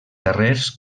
carrers